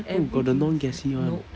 I thought got the non-gassy one